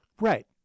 Right